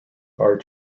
are